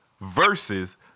Versus